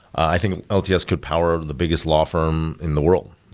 i think ah lts yeah could power over the biggest law firm in the world.